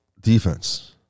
defense